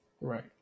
Right